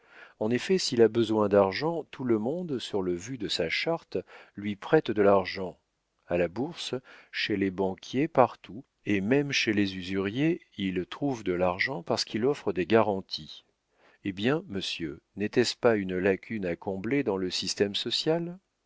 en effet s'il a besoin d'argent tout le monde sur le vu de sa charte lui prête de l'argent a la bourse chez les banquiers partout et même chez les usuriers il trouve de l'argent parce qu'il offre des garanties eh bien monsieur n'était-ce pas une lacune à combler dans le système social